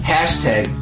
Hashtag